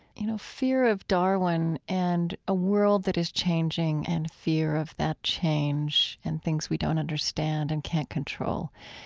you know, fear of darwin and a world that is changing and fear of that change, and things we don't understand and can't control.